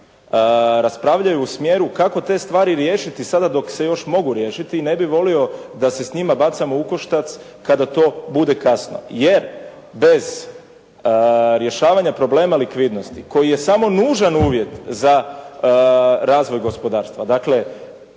raspravljaju u smjeru kako te stvari riješiti sada dok se još mogu riješiti. Ne bih volio da se s njima bacamo u koštac kada to bude kasno jer bez rješavanja problema likvidnosti koji je samo nužan uvjet za razvoj gospodarstva. Dakle